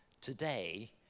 today